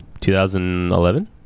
2011